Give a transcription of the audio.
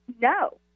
No